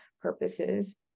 purposes